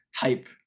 type